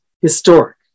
historic